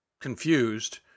confused